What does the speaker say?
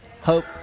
hope